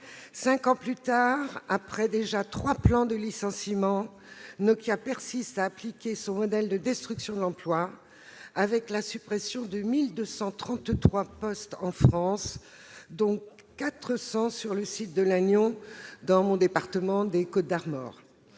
Cinq ans plus tard, après déjà trois plans de licenciements, Nokia persiste à appliquer son modèle de destruction de l'emploi avec la suppression de 1 233 postes en France, dont 400 sur le site de Lannion dans mon département, les Côtes-d'Armor.